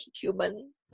human